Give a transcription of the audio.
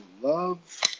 love